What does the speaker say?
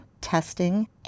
testing